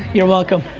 you're welcome.